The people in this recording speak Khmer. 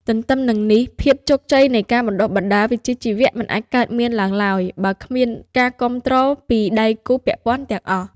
ទន្ទឹមនឹងនេះភាពជោគជ័យនៃការបណ្តុះបណ្តាលវិជ្ជាជីវៈមិនអាចកើតមានឡើងឡើយ បើគ្មាន ការគាំទ្រពីដៃគូពាក់ព័ន្ធ ទាំងអស់។